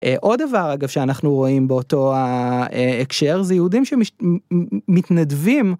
עוד דבר אגב שאנחנו רואים באותו ההקשר זה יהודים שמתנדבים.